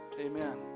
Amen